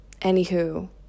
Anywho